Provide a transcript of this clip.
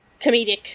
comedic